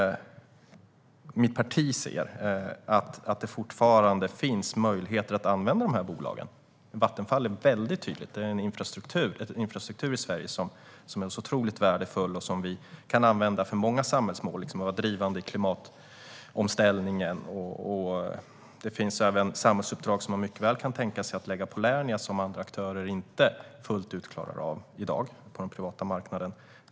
Mitt parti och jag anser att det fortfarande finns möjligheter att använda dessa bolag. När det gäller Vattenfall är det tydligt. Det bolaget hanterar otroligt värdefull infrastruktur i Sverige som kan användas för många samhällsmål, till exempel att vara drivande i klimatomställningen. Det finns även samhällsuppdrag som man mycket väl kan tänkas lägga på Lernia som aktörer på den privata marknaden inte fullt klarar av i dag.